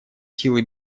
силы